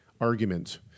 argument